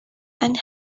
and